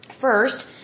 first